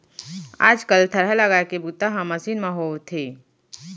आज कल थरहा लगाए के बूता ह मसीन म होवथे